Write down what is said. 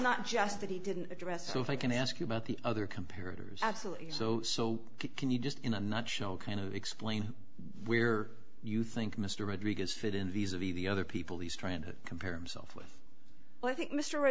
not just that he didn't address so if i can ask you about the other comparative absolutely so so can you just in a nutshell kind of explain where you think mr rodriguez fit in these of the the other people he's trying to compare himself with well i think mr